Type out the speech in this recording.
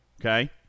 Okay